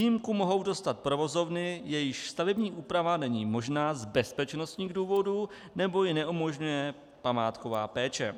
Výjimku mohou dostat provozovny, jejichž stavební úprava není možná z bezpečnostních důvodů nebo ji neumožňuje památková péče.